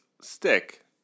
stick